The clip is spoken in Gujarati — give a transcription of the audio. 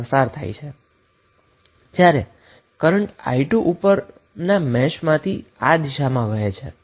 જ્યારે કરન્ટ i2 એ ઉપરની મેશમાંથી આ દિશામાં વહે છે